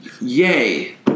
Yay